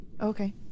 okay